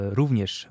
również